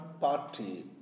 party